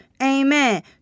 Amen